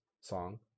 song